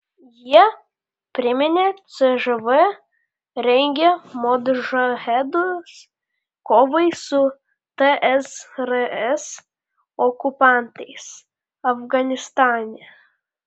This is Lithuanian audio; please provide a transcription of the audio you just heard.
jie priminė cžv rengė modžahedus kovai su tsrs okupantais afganistane